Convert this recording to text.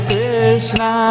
Krishna